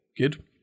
good